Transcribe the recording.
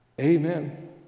Amen